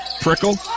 Prickle